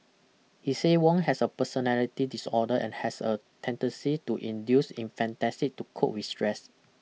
he say Wong has a personality disorder and has a tendency to induce in fantasy to cope with stress